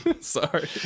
Sorry